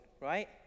right